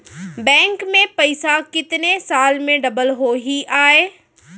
Bank में पइसा कितने साल में डबल होही आय?